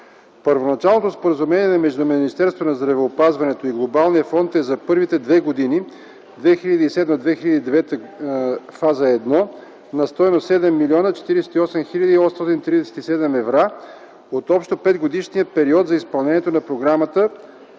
Първоначалното споразумение между Министерството на здравеопазването и Глобалния фонд е за първите две години 2007-2009 г. (фаза 1) на стойност 7 млн. 048 хил. 837 евро от общо петгодишния период за изпълнението на програмата